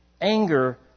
anger